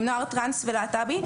עם נוער טרנס ולהט"בי.